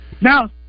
Now